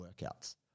workouts